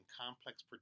complex